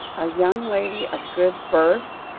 a young lady of good birth,